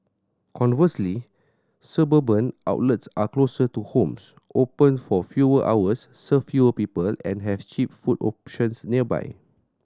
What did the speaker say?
conversely suburban outlets are closer to homes open for fewer hours serve fewer people and have cheap food options nearby